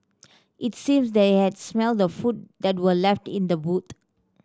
it seems they had smelt the food that were left in the boot